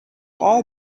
all